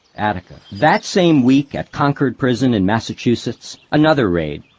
attica. that same week at concord prison in massachusetts, another raid.